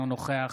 אינו נוכח